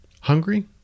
Hungry